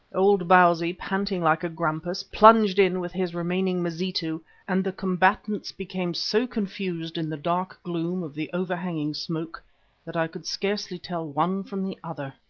old bausi, panting like a grampus, plunged in with his remaining mazitu and the combatants became so confused in the dark gloom of the overhanging smoke that i could scarcely tell one from the other.